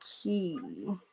Key